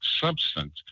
substance